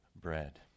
bread